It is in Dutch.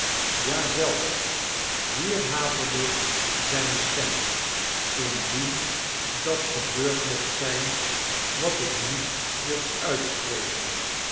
ja zelfs hier haperde zijne stem indien dat gebeurd mocht zijn wat ik niet durf uitspreken